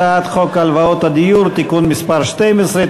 הצעת חוק הלוואות לדיור (תיקון מס' 12),